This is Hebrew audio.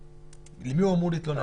למי הוא אמור להתלונן?